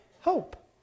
hope